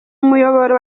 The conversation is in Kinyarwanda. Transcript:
umuyoboro